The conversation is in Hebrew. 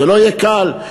זה לא יהיה קל,